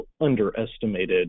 underestimated